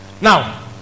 Now